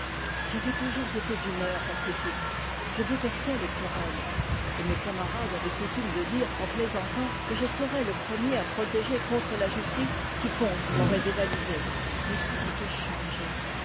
j'avais toujours été d'humeur pacifique je détestais les querelles et mes camarades avaient coutume de dire en plaisantant que je serais le premier à protéger contre la justice quiconque m'aurait dévalisé mais tout était changé